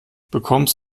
bekommst